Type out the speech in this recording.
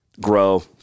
grow